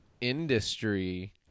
industry